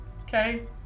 okay